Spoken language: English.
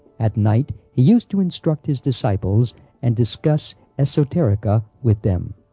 at night he used to instruct his disciples and discuss esoterica with them.